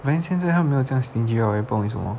but then 现在她没有这样 stingy liao eh 不懂为什么